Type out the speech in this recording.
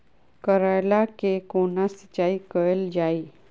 करैला केँ कोना सिचाई कैल जाइ?